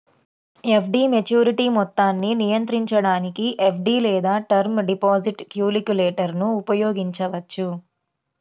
FD maturity మొత్తాన్ని నిర్ణయించడానికి FD లేదా టర్మ్ డిపాజిట్ క్యాలిక్యులేటర్ను ఉపయోగించవచ్చు